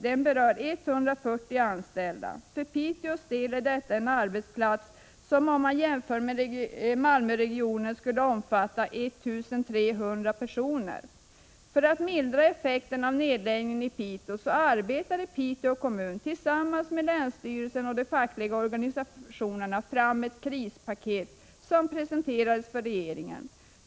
Det berör 140 anställda. För Piteås del motsvaras detta av en arbetsplats med 1 300 anställda i Malmöregionen. För att mildra effekten av nedläggningen arbetade Piteå kommun tillsammans med länsstyrelsen och de fackliga organisationerna fram ett krispaket som presenterades för regeringen.